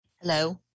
Hello